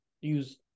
use